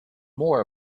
more